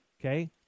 Okay